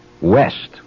west